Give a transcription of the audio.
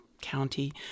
county